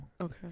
Okay